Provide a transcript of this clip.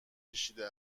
کشیده